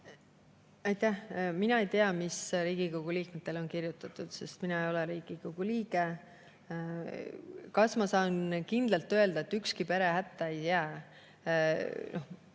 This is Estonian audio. Mina ei tea, mis Riigikogu liikmetele on kirjutatud, sest mina ei ole Riigikogu liige. Kas ma saan kindlalt öelda, et ükski pere hätta ei jää?